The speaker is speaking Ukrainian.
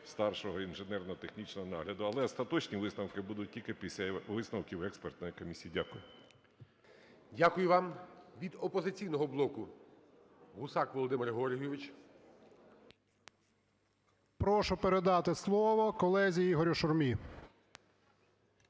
старшого інженерно-технічного нагляду. Але остаточні висновки будуть тільки після висновків експертної комісії. Дякую. ГОЛОВУЮЧИЙ. Дякую вам. Від "Опозиційного блоку" Гусак Володимир Георгійович. 10:23:24 ГУСАК В.Г. Прошу передати слово колезі Ігорю Шурмі.